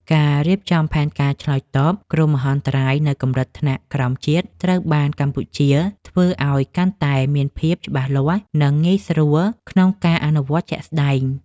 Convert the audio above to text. ការរៀបចំផែនការឆ្លើយតបគ្រោះមហន្តរាយនៅកម្រិតថ្នាក់ក្រោមជាតិ ត្រូវបានកម្ពុជាធ្វើឱ្យកាន់តែមានភាពច្បាស់លាស់ និងងាយស្រួលក្នុងការអនុវត្តជាក់ស្តែង។